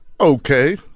okay